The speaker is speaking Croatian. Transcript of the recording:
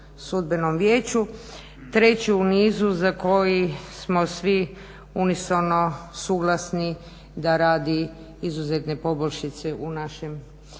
treći u nizu za koji smo svi unisono suglasni da radi izuzetne poboljšice u našem